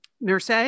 Nurse